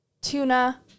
tuna